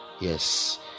yes